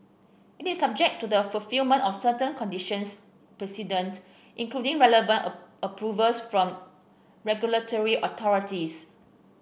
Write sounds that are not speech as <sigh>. it is subject to the fulfilment of certain conditions precedent including relevant <unintelligible> approvals from regulatory authorities